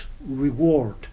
reward